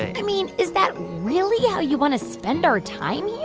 i mean, is that really how you want to spend our time here?